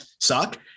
suck